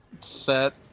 set